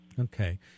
Okay